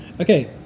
Okay